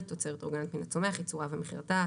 (תוצרת אורגנית מן הצומח ייצורה ומכירתה),